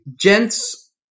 Gents